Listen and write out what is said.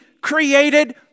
created